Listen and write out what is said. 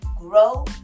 grow